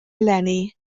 eleni